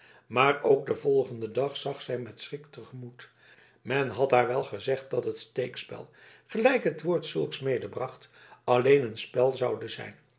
maar ook den volgenden dag zag zij met schrik te gemoet men had haar wel gezegd dat het steekspel gelijk het woord zulks medebracht alleen een spel zoude zijn